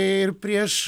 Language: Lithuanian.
ir prieš